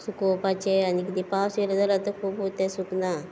सुकोवपाचें आनी कितें पावस येलो जाल्यार तो तें सुकना